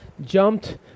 jumped